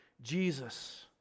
Jesus